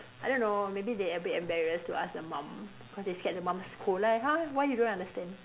I don't know maybe they a bit embarrassed to ask the mum because they scared the mum scold like !huh! why you don't understand